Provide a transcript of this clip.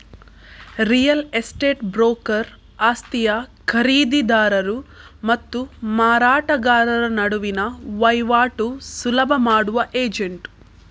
real estate broker ಆಸ್ತಿಯ ಖರೀದಿದಾರರು ಮತ್ತು ಮಾರಾಟಗಾರರ ನಡುವಿನ ವೈವಾಟು ಸುಲಭ ಮಾಡುವ ಏಜೆಂಟ್